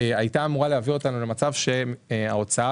הייתה אמורה להביא אותנו למצב שבו ההוצאה